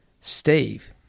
Steve